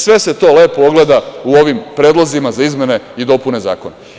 Sve se to lepo ogleda u ovim predlozima za izmene i dopune zakona.